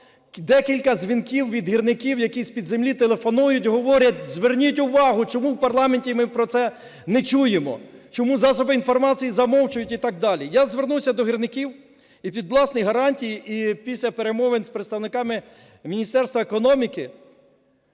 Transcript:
декілька дзвінків від гірників, які з-під землі телефонують і говорять, зверніть увагу, чому в парламенті ми про це не чуємо, чому засоби масової інформації замовчують і так далі. Я звернувся до гірників і під власні гарантії, і після перемовин з представниками Міністерства економіки,